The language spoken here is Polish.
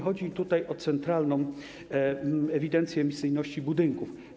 Chodzi tutaj o Centralną Ewidencję Emisyjności Budynków.